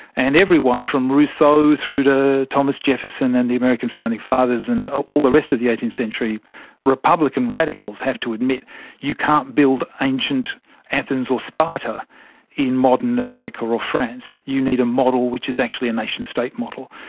and everyone, from rousseau through to thomas jefferson and the american founding fathers and ah all the rest of the eighteenth century republican radicals have to admit you can't build ancient athens or sparta in modern america or france, you need a model which is actually a nation-state model,